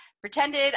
pretended